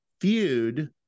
feud